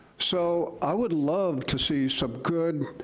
so i would love to see some good,